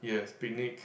yes picnic